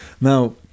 Now